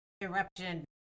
eruption